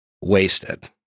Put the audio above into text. wasted